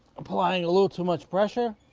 applying a little too much pressure